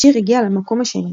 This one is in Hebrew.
השיר הגיע למקום השני,